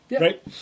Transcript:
Right